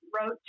wrote